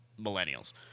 millennials